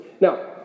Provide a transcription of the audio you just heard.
Now